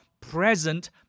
present